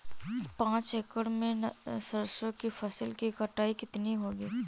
पांच एकड़ में सरसों की फसल की कटाई कितनी होगी?